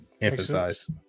emphasize